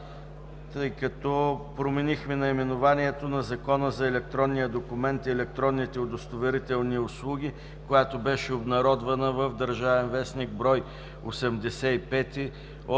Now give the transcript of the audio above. тъй като променихме наименованието на Закона за електронния документ и електронните удостоверителни услуги, което беше обнародвано в „Държавен вестник“, брой 85